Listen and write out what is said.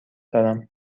دارم